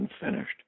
unfinished